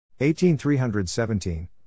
18317